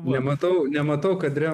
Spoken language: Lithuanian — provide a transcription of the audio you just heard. nematau nematau kadre